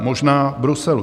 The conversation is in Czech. Možná v Bruselu.